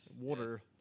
Water